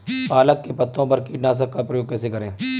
पालक के पत्तों पर कीटनाशक का प्रयोग कैसे करें?